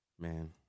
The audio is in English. Man